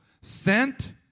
sent